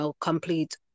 complete